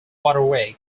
waterway